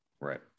right